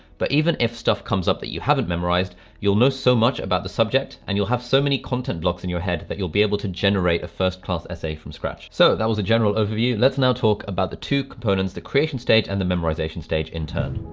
but even if stuff comes up that you haven't memorized you'll know so much about the subject and you'll have so many content blocks in your head that you'll be able to generate a first-class essay from scratch. so that was a general overview. let's now talk about the two components the creation state and the memorization stage in turn.